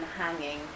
hanging